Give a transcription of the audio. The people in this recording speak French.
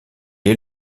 est